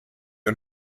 und